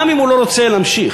גם אם הוא לא רוצה להמשיך.